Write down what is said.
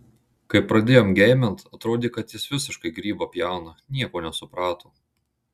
kai pradėjom geimint atrodė kad jis visiškai grybą pjauna nieko nesuprato